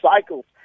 cycles